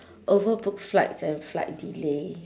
over booked flights and flight delay